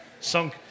sunk